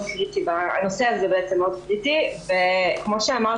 הנושא הזה בעצם מאוד קריטי וכמו שאמרת